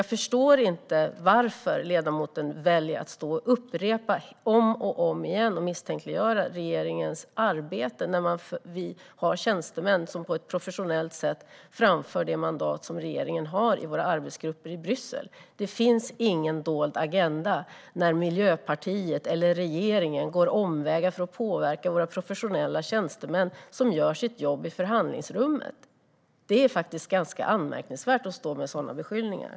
Jag förstår inte varför ledamoten väljer att stå och upprepa om och om igen och misstänkliggöra regeringens arbete när vi har tjänstemän som på ett professionellt sätt framför det mandat som regeringen har i våra arbetsgrupper i Bryssel. Det finns ingen dold agenda där Miljöpartiet eller regeringen går omvägar för att påverka våra professionella tjänstemän som gör sitt jobb i förhandlingsrummet. Det är ganska anmärkningsvärt att stå med sådana beskyllningar.